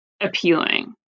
appealing